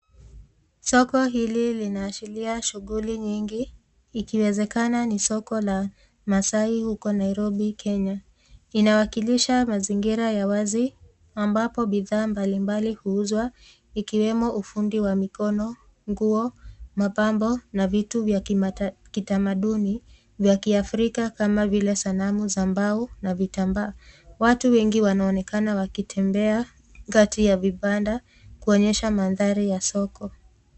Soko hili linaashiria shughuli nyingi, ikiwezekana ni soko la Masai huko Nairobi Kenya. Inawakilisha mazingira ya wazi ambapo bidhaa mbalimbali huuza ikiwemo ufundi wa mikono, nguo, mapambo na vitu vya kitamaduni vya kiafrika kama vile sanamu za mbao na vitambaa. Watu wengi wanaonekana wakitembea kati ya vibanda kuonyesha mandhari ya soko.